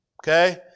Okay